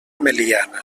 meliana